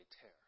tear